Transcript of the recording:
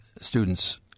students